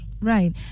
Right